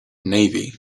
navy